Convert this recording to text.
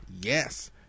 Yes